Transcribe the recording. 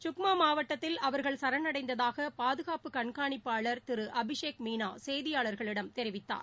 சுக்மா மாவட்டத்தில் அவர்கள் சரணடைந்ததாக பாதுகாப்பு கண்காணிப்பாளர் திரு அபிஷேக் மீனா செய்தியாளர்களிடம் தெரிவித்தார்